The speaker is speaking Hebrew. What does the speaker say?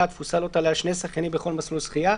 התפוסה לא תעלה על שני שחיינים בכל מסלול שחייה.